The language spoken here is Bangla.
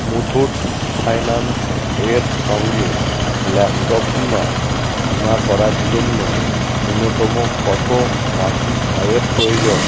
মুথুট ফাইন্যান্স এর সঙ্গে ল্যাপটপ বিমা বিমা করার জন্য ন্যূনতম কত মাসিক আয়ের প্রয়োজন